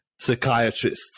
psychiatrists